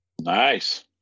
Nice